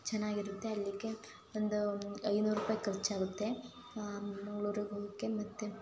ಚೆನ್ನಾಗಿರುತ್ತೆ ಅಲ್ಲಿಗೆ ಒಂದು ಐನೂರು ರೂಪಾಯಿ ಖರ್ಚಾಗುತ್ತೆ ಮಂಗ್ಳೂರಿಗೆ ಹೋಗೋಕೆ ಮತ್ತೆ